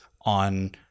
on